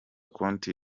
konti